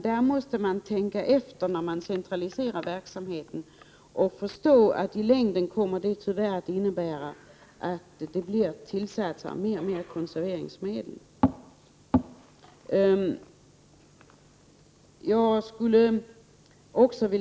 Man måste tänka efter när man centraliserar verksamheten och förstå att i förlängningen medför detta tyvärr att användningen av tillsatser och konserveringsmedel ökar.